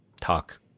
talk